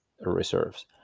reserves